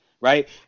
right